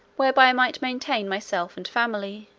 whereby i might maintain myself and family,